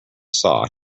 saw